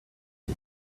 you